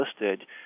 listed